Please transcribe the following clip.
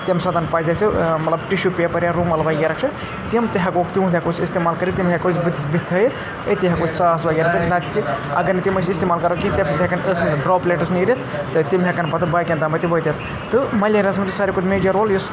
تَمہِ ساتہٕ پَزِ اَسہِ مطلب ٹِشوٗ پیپَر یا روٗمَل وغیرہ چھِ تِم تہِ ہٮ۪کوکھ تِہُنٛد ہٮ۪کو أسۍ اِستعمال کٔرِتھ تِم ہٮ۪کو أسۍ بٔتھِس بٔتھِ تھٲیِتھ أتی ہٮ۪کو أسۍ ژاس وغیرہ کٔرِتھ نَتہٕ تہِ اگر نہٕ تِم أسۍ اِستعمال کَرو کینٛہہ تَمہِ سۭتۍ ہٮ۪کَن ٲس منٛز ڈرٛاپلیٹٕس نیٖرِتھ تہٕ تِم ہٮ۪کَن پَتہٕ باقٕیَن تامَتھ تہِ وٲتِتھ تہٕ ملیریاہَس منٛز چھِ ساروی کھۄتہٕ میجَر رول یُس